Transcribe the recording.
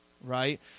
Right